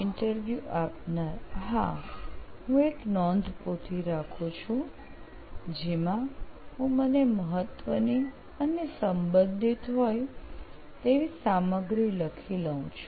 interview આપનાર હા હું એક નોંધપોથી રાખું છું જેમાં હું મને મહત્વની અને સંબંધિત હોય તેવી સામગ્રી લખી લઉં છું